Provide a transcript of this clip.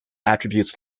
attributes